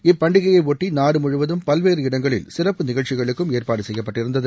இப்பண்டிகையை ஒட்டி நாடு முழுவதும் பல்வேறு இடங்களில் சிறப்பு நிகழ்ச்சிகளுக்கும் ஏற்பாடு செய்யப்பட்டிருந்தது